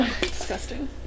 Disgusting